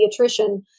pediatrician